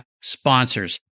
sponsors